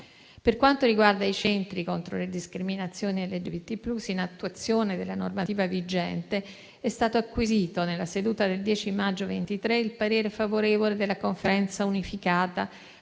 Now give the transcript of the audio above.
Per quanto riguarda i centri contro le discriminazioni LGBT+, in attuazione della normativa vigente, è stato acquisito, nella seduta del 10 maggio 2023, il parere favorevole della Conferenza unificata